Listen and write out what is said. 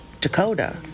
Dakota